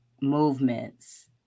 movements